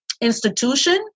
institution